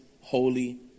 holy